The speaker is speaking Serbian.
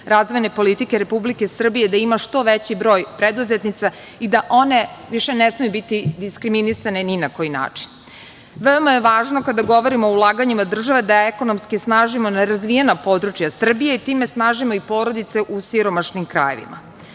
razvojne politike Republike Srbije i da ima što veći broj preduzetnica i da one više ne smeju biti diskriminisane ni na koji način. Veoma je važno kada govorimo o ulaganjima države da ekonomski snažimo nerazvijena područja Srbije. Time snažimo i porodice u siromašnim krajevima. Na